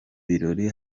birori